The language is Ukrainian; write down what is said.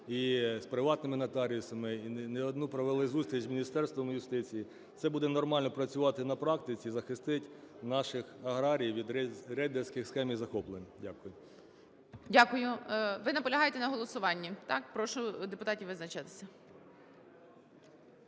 і з приватними нотаріусами, і не одну провели зустріч із Міністерством юстиції. Це буде нормально працювати на практиці, захистить наших аграріїв від рейдерських схем і захоплень. Дякую. ГОЛОВУЮЧИЙ. Дякую. Ви наполягаєте на голосуванні, так? Прошу депутатів визначатися.